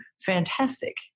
fantastic